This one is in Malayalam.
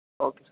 okay sir